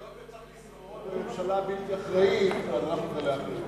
היות שהממשלה בלתי אחראית, אנחנו נגלה אחריות.